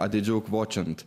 atidžiau kvočiant